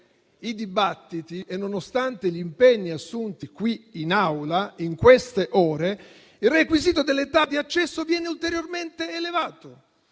i dibattiti e nonostante gli impegni assunti qui in Aula in queste ore, il requisito dell'età di accesso viene ulteriormente elevato.